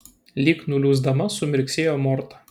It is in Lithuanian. lyg nuliūsdama sumirksėjo morta